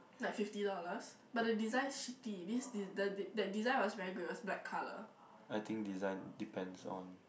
like fifty dollars but the design is shitty this the that design was very good it was black colour